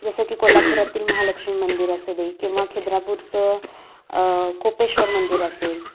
जसं की कोल्हापुरातील महालक्ष्मी मंदिर असू दे किंवा खिद्रापूरचं कोपेश्वर मंदिर असेल